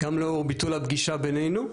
גם לאור ביטול הפגישה בינינו,